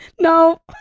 No